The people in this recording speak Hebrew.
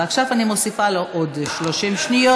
עכשיו אני מוסיפה לו עוד 30 שניות.